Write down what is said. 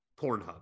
Pornhub